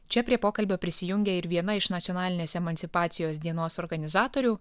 čia prie pokalbio prisijungė ir viena iš nacionalinės emancipacijos dienos organizatorių